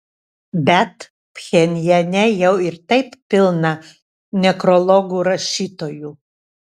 bet pchenjane jau ir taip pilna nekrologų rašytojų